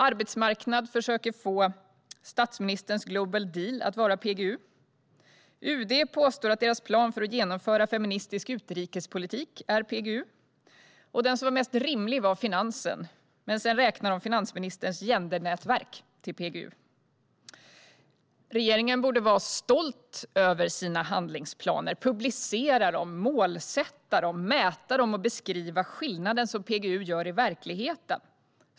Arbetsmarknadsdepartementet försöker få statsministerns Global Deal att vara PGU. UD påstår att deras plan för att genomföra feministisk utrikespolitik är PGU. Den som var mest rimlig var Finansdepartementets plan, men sedan räknade de finansministerns gendernätverk till PGU. Regeringen borde vara stolt över sina handlingsplaner och publicera, målsätta och mäta dem och beskriva skillnaden som PGU gör i verkligheten.